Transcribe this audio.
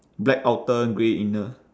black outer grey inner